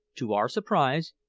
to our surprise,